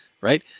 right